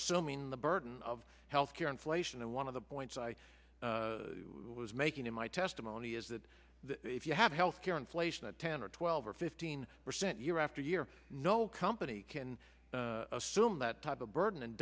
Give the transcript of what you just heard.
mean the burden of health care inflation and one of the points i was making in my testimony is that if you have health care inflation at ten or twelve or fifteen percent year after year no company can assume that type of burden and